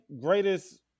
greatest